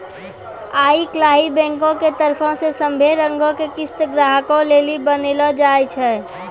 आई काल्हि बैंको के तरफो से सभै रंगो के किस्त ग्राहको लेली बनैलो जाय छै